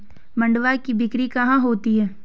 मंडुआ की बिक्री कहाँ होती है?